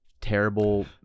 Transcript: terrible